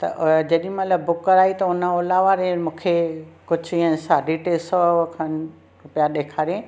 त जेॾी महिलु बुक कराई त उन ओला वारे मूंखे कुझु ईअं साढे टे सौ खनि रूपिया ॾेखारियाईं